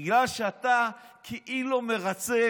בגלל שאתה כאילו מרצה